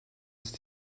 ist